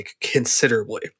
considerably